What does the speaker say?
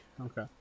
Okay